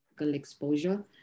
exposure